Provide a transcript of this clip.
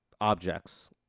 objects